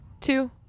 Two